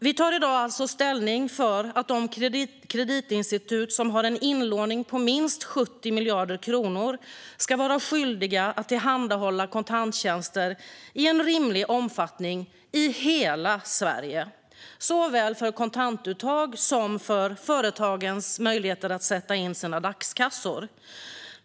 Vi tar i dag ställning för att de kreditinstitut som har en inlåning på minst 70 miljarder kronor ska vara skyldiga att tillhandahålla kontanttjänster i en rimlig omfattning i hela Sverige såväl för kontantuttag som för företagens möjligheter att sätta in sina dagskassor.